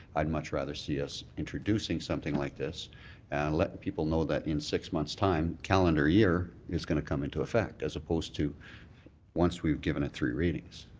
i'd much rather see us introducing something like this and let the people know that in six months' time, calendar year, is going to come into effect as opposed to once we've given it three readings.